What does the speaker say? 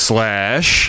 Slash